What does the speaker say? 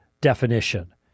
definition